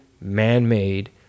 man-made